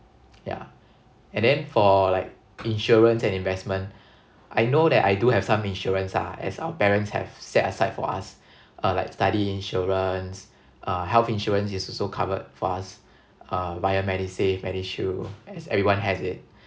yeah and then for like insurance and investment I know that I do have some insurance ah as our parents have set aside for us uh like study insurance uh health insurance is also covered for us uh via medisave medishield as everyone has it